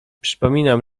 przypominam